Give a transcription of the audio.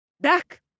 Back